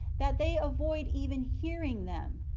that they avoid even hearing them.